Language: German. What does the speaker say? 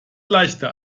leichter